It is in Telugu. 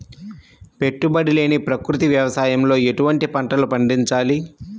పెట్టుబడి లేని ప్రకృతి వ్యవసాయంలో ఎటువంటి పంటలు పండించాలి?